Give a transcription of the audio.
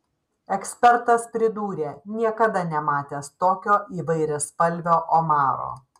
ekspertas pridūrė niekada nematęs tokio įvairiaspalvio omaro